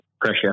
pressure